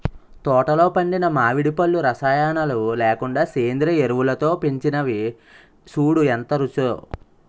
తోటలో పండిన మావిడి పళ్ళు రసాయనాలు లేకుండా సేంద్రియ ఎరువులతో పెంచినవి సూడూ ఎంత రుచో